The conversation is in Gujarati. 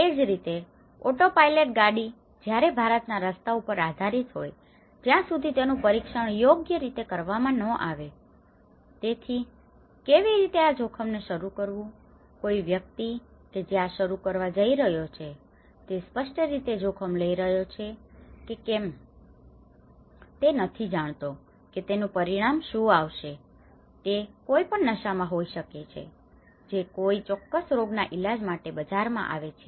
તેજ રીતે ઓટોપાઇલેટ ગાડી જયારે ભારત ના રસ્તાઓ ઉપર આધારિત હોઈ જ્યાં સુધી તેનું પરીક્ષણ યોગ્ય રીતે કરવામાં ન આવે તેથી કેવી રીતે આ જોખમ ને શરુ કરવું કોઈ વ્યક્તિ કે જે આ શરૂ કરવા જઈ રહ્યો છે તે સ્પષ્ટ રીતે જોખમ લઇ રહ્યો છે કેમ કે તે નથી જાણતો કે તેનું પરિણામ શું આવશે તે કોઈપણ નશા માં હોઈ શકે છે જે કોઈ ચોક્કસ રોગના ઈલાજ માટે બજાર માં આવે છે